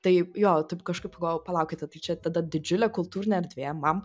tai jo taip kažkaip pagalvojau palaukite tai čia tada didžiulė kultūrinė erdvė man